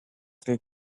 three